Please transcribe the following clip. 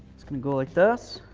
it's going to go like this.